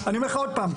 אני אומר לך עוד פעם.